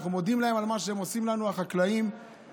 אנחנו מודים על מה שהחקלאים עושים בשבילנו,